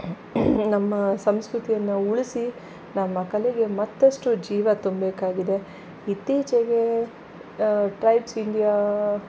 ನಮ್ಮ ಸಂಸ್ಕೃತಿಯನ್ನು ಉಳಿಸಿ ನಮ್ಮ ಕಲೆಗೆ ಮತ್ತಷ್ಟು ಜೀವ ತುಂಬಬೇಕಾಗಿದೆ ಇತ್ತೀಚೆಗೆ ಟ್ರೈಟ್ಸ್ ಇಂಡಿಯಾ